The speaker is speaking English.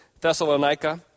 Thessalonica